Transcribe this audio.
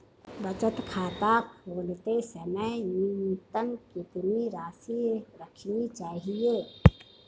बचत खाता खोलते समय न्यूनतम कितनी राशि रखनी चाहिए?